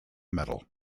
metal